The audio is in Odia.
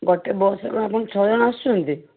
ଗୋଟେ ବସ୍ରେ କ'ଣ ଆପଣ ଛଅ ଜଣ ଆସୁଛନ୍ତି